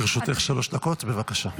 לרשותך שלוש דקות, בבקשה.